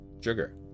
sugar